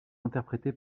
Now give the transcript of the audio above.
interprétée